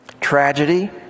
Tragedy